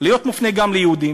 להיות מופנה גם ליהודים,